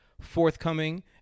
forthcoming